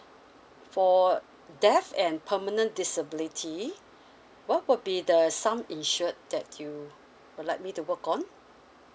for death and permanent disability what would be the sum insured that you would like me to work on